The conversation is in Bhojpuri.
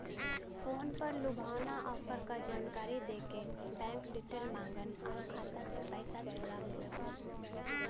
फ़ोन पर लुभावना ऑफर क जानकारी देके बैंक डिटेल माँगन आउर खाता से पैसा चोरा लेवलन